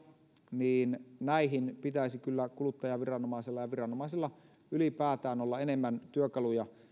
niin näihin pitäisi kyllä kuluttajaviranomaisella ja viranomaisilla ylipäätään olla enemmän työkaluja